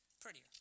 prettier